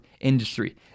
industry